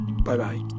Bye-bye